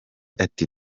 ati